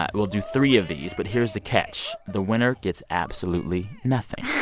but we'll do three of these. but here's the catch. the winner gets absolutely nothing